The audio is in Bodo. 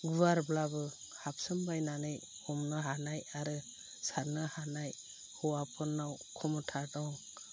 गुवारब्लाबो हाबसोमबायनानै हमनो हानाय आरो सारनो हानाय हौवाफोरनाव खम'था दं